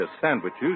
sandwiches